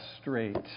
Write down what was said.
straight